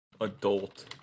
adult